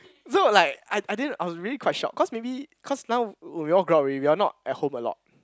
though like I I didn't I was really quite shocked cause maybe cause now we all grow up already we're not at home a lot